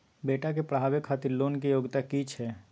बेटा के पढाबै खातिर लोन के योग्यता कि छै